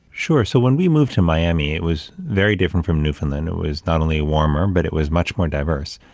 sure. so, when we moved to miami, it was very different from newfoundland. it was not only warmer, but it was much more diverse.